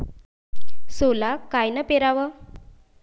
सोला कायनं पेराव?